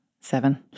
Seven